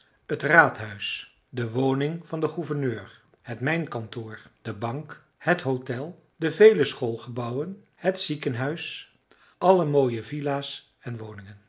het raadhuis de woning van den gouverneur het mijnkantoor de bank het hôtel de vele schoolgebouwen het ziekenhuis alle mooie villa's en woningen